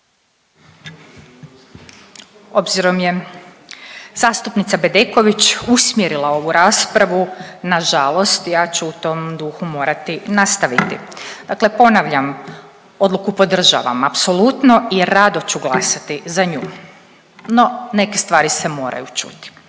Obzirom je zastupnica Bedeković usmjerila ovu raspravu na žalost ja ću u tom duhu morati nastaviti. Dakle, ponavljam odluku podržavam apsolutno i rado ću glasati za nju. No, neke stvari se moraju čuti.